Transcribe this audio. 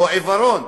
או עיוורון,